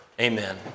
Amen